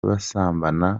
basambana